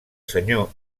senyor